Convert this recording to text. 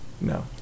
No